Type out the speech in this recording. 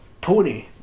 Pony